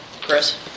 Chris